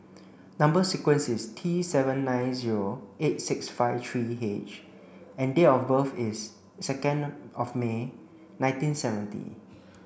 number sequence is T seven nine zero eight six five three H and date of birth is second of May nineteen seventy